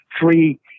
three